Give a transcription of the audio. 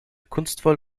kunstvoll